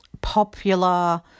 popular